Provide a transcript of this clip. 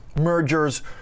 mergers